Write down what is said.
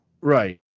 right